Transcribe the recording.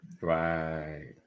Right